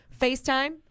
Facetime